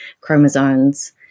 chromosomes